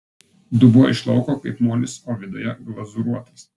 dubuo iš lauko kaip molis o viduje glazūruotas